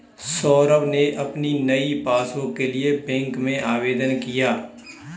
सौरभ ने अपनी नई पासबुक के लिए बैंक में आवेदन किया